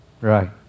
right